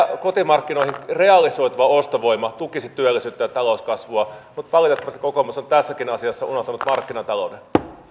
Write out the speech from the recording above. kotimarkkinoihin realisoituva ostovoima tukisi työllisyyttä ja talouskasvua mutta valitettavasti kokoomus on tässäkin asiassa unohtanut markkinatalouden